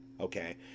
okay